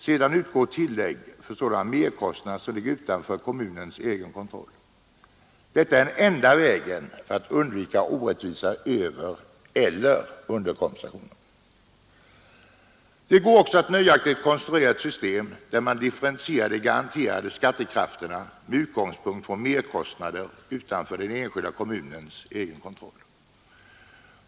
Sedan utgår tillägg för sådana merkostnader som ligger utanför kommunens egen kontroll. Detta är den enda vägen för att undvika orättvisa övereller underkompensationer. Det går också att nöjaktigt konstruera ett system där man differentierar de garanterade skattekrafterna med utgångspunkt i merkostnader utanför den enskilda kommunens egen kontroll.